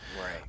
Right